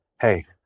hey